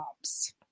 jobs